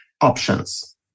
options